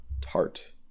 Tart